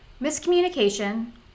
miscommunication